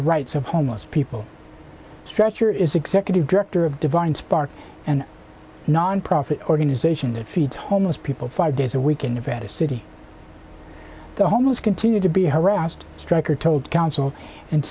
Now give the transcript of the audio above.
the rights of homeless people structure is executive director of divine spark and nonprofit organization that feeds homeless people five days a week in nevada city the homeless continue to be harassed striker told council and